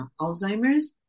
Alzheimer's